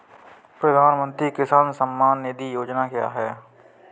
प्रधानमंत्री किसान सम्मान निधि योजना क्या है?